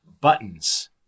Buttons